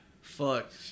fuck